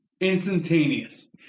Instantaneous